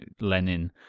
Lenin